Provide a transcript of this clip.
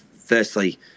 firstly